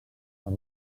per